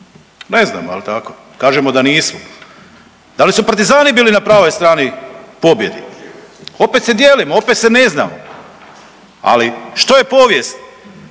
Ne znamo, jel tako, kažemo da nisu, da li su partizani bili na pravoj strani u pobjedi? Opet se dijelimo, opet se ne zna. Ali što je povijest?